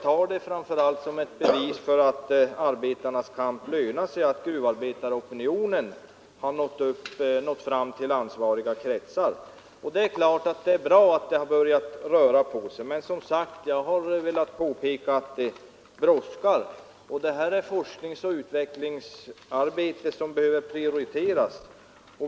Det tar jag framför allt som ett bevis för att arbetarnas kamp lönar sig och för att gruvarbetaropinionen nått fram till ansvariga kretsar. Visst är det bra att det har börjat röra på sig, men jag har velat påpeka att det brådskar och att det här aktuella forskningsoch utvecklingsarbetet behöver prioriteras.